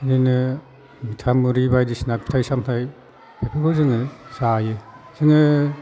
बिदिनो मिटामुरि बायदिसा फिथाइ सामथाइ बेफोरखौ जोङो जायो जोङो